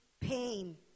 pain